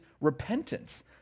repentance